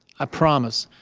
i promise,